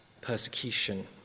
persecution